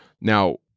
Now